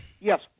Yes